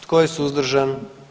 Tko je suzdržan?